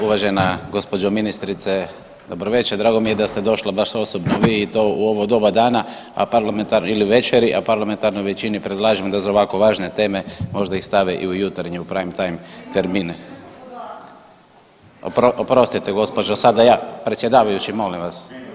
Uvažena gospođo ministrice dobro večer, drago mi je da ste došla baš osobno vi i to u ovo doba dana, a parlamentarna ili večeri, a parlamentarnoj većini predlažem da za ovako važne teme možda ih stave i u jutarnje prime time termine. … [[Upadica: Ne razumije se.]] Oprostite gospođo sada ja, predsjedavajući molim vas.